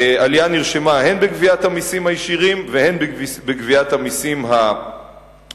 עלייה נרשמה הן בגביית המסים הישירים והן בגביית המסים העקיפים.